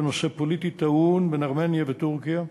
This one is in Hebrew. לנושא פוליטי טעון בין ארמניה לטורקיה,